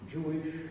Jewish